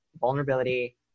vulnerability